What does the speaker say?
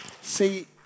See